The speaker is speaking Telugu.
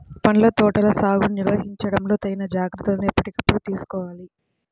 పండ్ల తోటల సాగుని నిర్వహించడంలో తగిన జాగ్రత్తలను ఎప్పటికప్పుడు తీసుకోవాలి